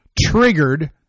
triggered